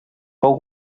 fou